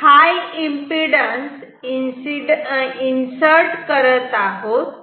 हाय impedance insert करत आहोत